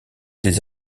des